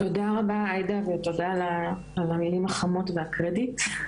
תודה רבה עאידה ותודה על המילים החמות והקרדיט.